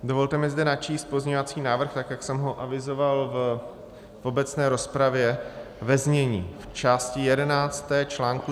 Dovolte mi zde načíst pozměňovací návrh, tak jak jsem ho avizoval v obecné rozpravě, ve znění: V části 11 čl.